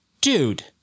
Dude